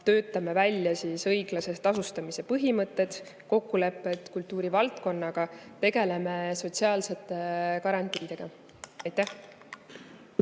töötame välja õiglase tasustamise põhimõtted, kokkulepped kultuurivaldkonnaga, ja tegeleme sotsiaalsete garantiidega. Aitäh